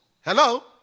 hello